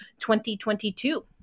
2022